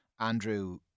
Andrew